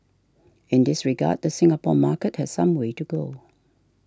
in this regard the Singapore market has some way to go